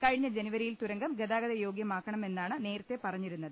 കഴിഞ്ഞ ജനുവരിയിൽ തുരങ്കം ഗതാഗത യോഗ്യമാക്കു മെന്നാണ് നേരത്തെ പറഞ്ഞിരുന്നത്